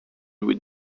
with